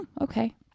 okay